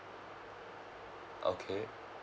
okay